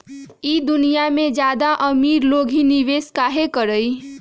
ई दुनिया में ज्यादा अमीर लोग ही निवेस काहे करई?